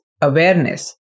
awareness